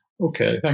Okay